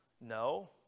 No